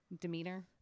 demeanor